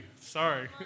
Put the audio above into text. Sorry